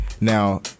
Now